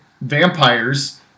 vampires